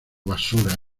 basura